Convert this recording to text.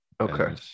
okay